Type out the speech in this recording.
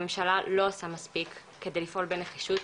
הממשלה לא עושה מספיק כדי לפעול בנחישות,